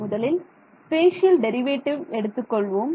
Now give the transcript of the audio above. முதலில் spatial derivative எடுத்துக்கொள்வோம்